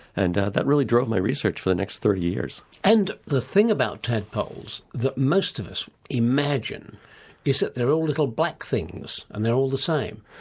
and that really drove my research for the next thirty years. and the thing about tadpoles that most of us imagine is that they're all little black things and they're all the same,